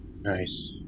Nice